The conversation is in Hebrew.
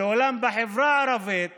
ואולם, בחברה הערבית